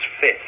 Fifth